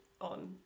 on